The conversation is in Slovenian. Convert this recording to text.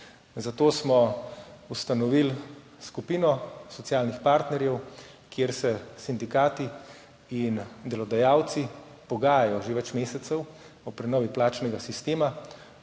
Zato smo ustanovili skupino socialnih partnerjev, kjer se sindikati in delodajalci pogajajo že več mesecev o prenovi plačnega sistema,